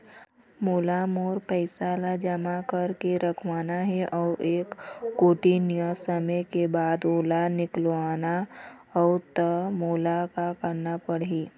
मोला मोर पैसा ला जमा करके रखवाना हे अऊ एक कोठी नियत समय के बाद ओला निकलवा हु ता मोला का करना पड़ही?